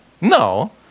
No